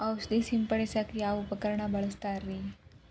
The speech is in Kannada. ಔಷಧಿ ಸಿಂಪಡಿಸಕ ಯಾವ ಉಪಕರಣ ಬಳಸುತ್ತಾರಿ?